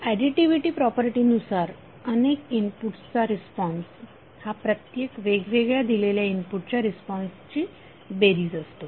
additivity property नुसार अनेक इनपुट्सचा रिस्पॉन्स हा प्रत्येक वेगवेगळ्या दिलेल्या इनपुटच्या रिस्पॉन्सची बेरीज असतो